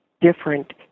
different